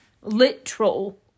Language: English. literal